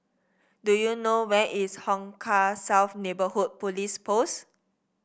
do you know where is Hong Kah South Neighbourhood Police Post